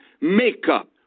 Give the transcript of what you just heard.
makeup